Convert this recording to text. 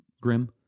grim